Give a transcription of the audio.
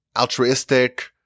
altruistic